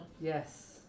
Yes